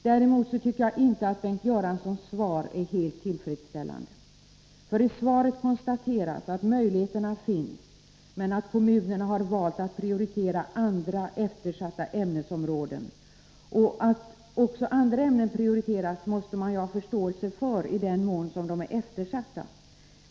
Däremot tycker jag inte att Bengt Göranssons svar är helt tillfredsställande. I svaret konstateras att möjligheterna finns, men att kommunerna har valt att prioritera andra eftersatta ämnesområden. Att också andra ämnen prioriteras måste man ha förståelse för, i den mån som de är eftersatta.